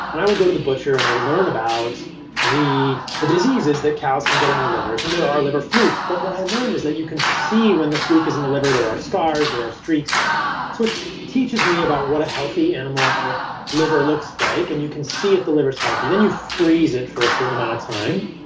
and i would go to the butcher and i learn about the the diseases that cows can get in their liver. and there are liver flukes but what i learned is that you can see when the fluke is in the liver. there are scars. there are streaks. so it teaches me about what a healthy animal liver looks like. and you can see if the liver's healthy then you freeze it for a certain amount of time.